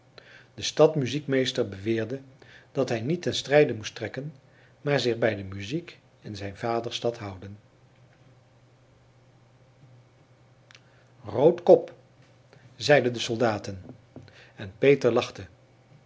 de stadsmuziekmeester beweerde dat hij niet ten strijde moest trekken maar zich bij de muziek in zijn vaderstad houden roodkop zeiden de soldaten en peter lachte